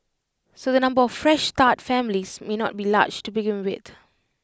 so the number of Fresh Start families may not be large to begin with